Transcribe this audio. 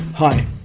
Hi